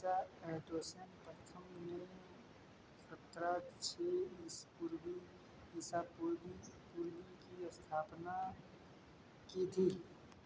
राजा आर्टेसन प्रथम ने सत्रह छः ईस पूर्वी ईसा पूर्वी में इसकी स्थापना की थी